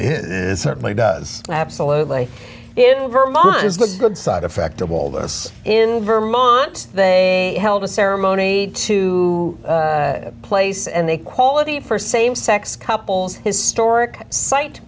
it is certainly does absolutely if her mom is the good side effect of all this in vermont they held a ceremony to place and the quality for same sex couples historic site